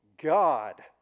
God